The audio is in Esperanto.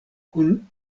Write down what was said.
kun